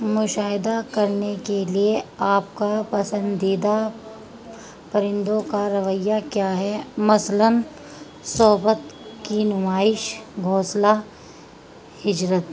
مشاہدہ کرنے کے لیے آپ کا پسندیدہ پرندوں کا رویہ کیا ہے مثلاً صحبت کی نمائش گھونسلہ ہجرت